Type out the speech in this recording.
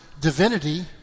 divinity